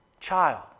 Child